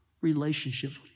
relationships